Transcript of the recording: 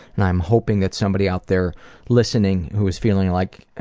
and i'm hoping that somebody out there listening who is feeling like